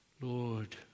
Lord